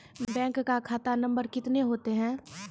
Bank का खाता number कितने होते हैं?